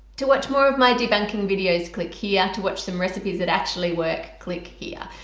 to watch more of my debunking videos click here. to watch some recipes that actually work click here.